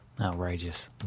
Outrageous